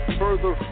further